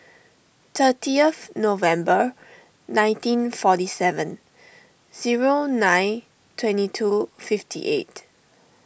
thirtieth November nineteen forty seven zero nine twenty two fifty eight